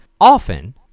Often